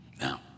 Now